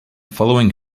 following